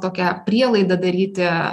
tokią prielaidą daryti